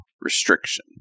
restriction